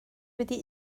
wedi